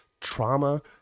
trauma